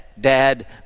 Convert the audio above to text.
dad